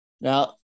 Now